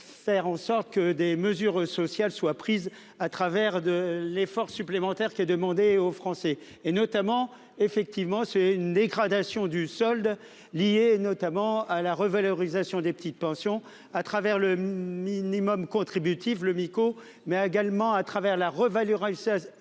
faire en sorte que des mesures sociales soient prises à travers de l'effort supplémentaire qui est demandé aux Français et notamment effectivement c'est une dégradation du solde liés notamment à la revalorisation des petites pensions à travers le minimum contributif le Mico, mais également à travers la réévaluera